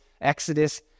Exodus